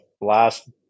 last